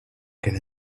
quede